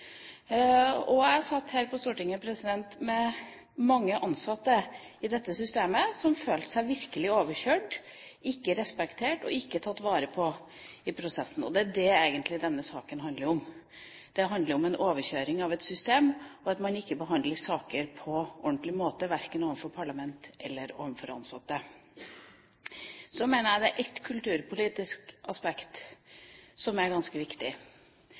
prosess. Jeg satt her på Stortinget med mange ansatte i dette systemet som følte seg virkelig overkjørt, ikke respektert og ikke tatt vare på i prosessen. Det er egentlig det denne saken handler om. Det handler om en overkjøring av et system, og at man ikke behandler saker på en ordentlig måte verken overfor parlamentet eller overfor ansatte. Så mener jeg det er et kulturpolitisk aspekt som er ganske viktig.